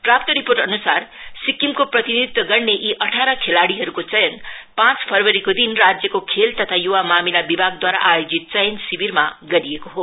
प्राप्त रिपोर्टअनुसार सिक्किमको प्रतिनिधित्व गर्ने खेलाड़ीहरुको चयन पाँच फरवरीको दिन राज्यको खेल तथा युवा मामिला विभाग दूवारा आयोजित चयन शिविरमा गरिएको हो